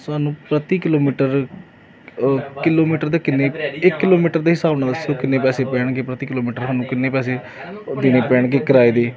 ਸਾਨੂੰ ਪ੍ਰਤੀ kilometre kilometre ਦੇ ਕਿੰਨੇ ਇੱਕ ਕਿਲੋਮੀਟਰ ਦੇ ਹਿਸਾਬ ਨਾਲ ਦੱਸੋ ਕਿੰਨੇ ਪੈਸੇ ਪੈਣਗੇ ਪ੍ਰਤੀ ਕਿਲੋਮੀਟਰ ਸਾਨੂੰ ਕਿੰਨੇ ਪੈਸੇ ਦੇਣੇ ਪੈਣਗੇ ਕਿਰਾਏ ਦੇ